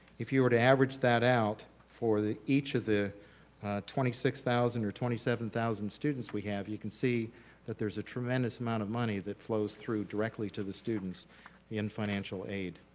if you were to average that out for each of the twenty six thousand or twenty seven thousand students we have, you can see that there is a tremendous amount of money that flows through directly to the students in financial aid.